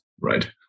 right